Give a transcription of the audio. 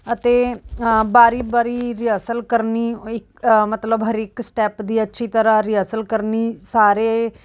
ਅਤੇ ਵਾਰੀ ਵਾਰੀ ਰਿਅਸਲ ਕਰਨੀ ਮਤਲਬ ਹਰੇਕ ਸਟੈਪ ਦੀ ਅੱਛੀ ਤਰ੍ਹਾਂ ਰਿਅਸਲ ਕਰਨੀ ਸਾਰੇ